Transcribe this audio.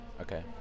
Okay